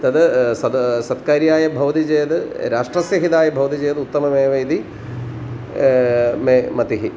तत् सत् सत्कर्याय भवति चेत् राष्ट्रस्य हिताय भवति चेत् उत्तममेव इति मे मतिः